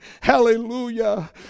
Hallelujah